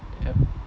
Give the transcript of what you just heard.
yup